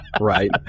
right